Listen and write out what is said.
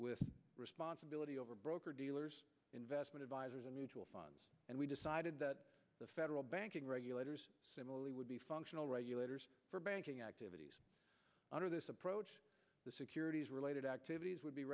with responsibility over broker dealers investment advisors and mutual funds and we decided that the federal banking regulators similarly would be functional regulators for banking activities under this approach the securities related activities would be